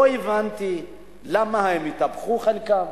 לא הבנתי למה הם התהפכו, חלקם.